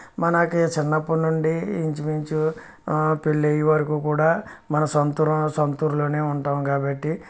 మనకు చిన్నప్పటి నుండి ఇంచు ముంచు పెళ్ళి అయ్యేవరకు కూడా మనం సొంత ఊరు సొంత ఊరులో ఉంటాం కాబట్టి